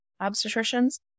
obstetricians